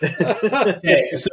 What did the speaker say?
Okay